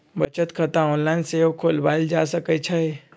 बचत खता ऑनलाइन सेहो खोलवायल जा सकइ छइ